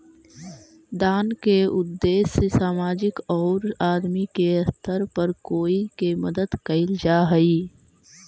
दान के उद्देश्य सामाजिक औउर आदमी के स्तर पर कोई के मदद कईल जा हई